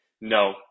No